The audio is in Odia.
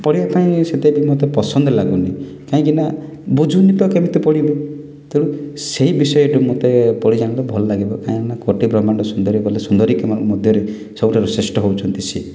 ପଢ଼ିବା ପାଇଁ ସେତେବି ମୋତେ ପସନ୍ଦ ଲାଗୁନି କାହିଁକି ନା ବୁଝୁନି ତ କେମିତି ପଢ଼ିବୁ ତେଣୁ ସେଇ ବିଷୟଟି ମୋତେ ପଢ଼ି ଜାଣିଲେ ଭଲ ଲାଗିବ କାହିଁକି ନା କୋଟି ବ୍ରହ୍ମାଣ୍ଡ ସୁନ୍ଦରୀ ବୋଲେ ସୁନ୍ଦରୀଙ୍କ ମଧ୍ୟରେ ସବୁଠାରୁ ଶ୍ରେଷ୍ଟ ହେଉଛନ୍ତି ସିଏ